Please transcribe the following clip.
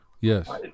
yes